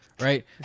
Right